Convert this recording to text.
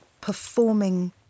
performing